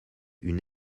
une